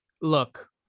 look